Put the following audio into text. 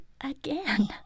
Again